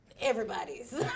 everybody's